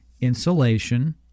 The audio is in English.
insulation